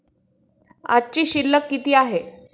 आजची शिल्लक किती आहे?